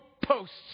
posts